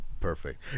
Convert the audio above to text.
perfect